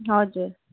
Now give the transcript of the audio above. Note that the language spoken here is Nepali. हजुर